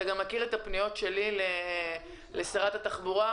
ואתה גם מכיר את הפניות שלי לשרת התחבורה.